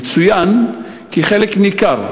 יצוין כי חלק ניכר,